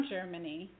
Germany